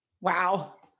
Wow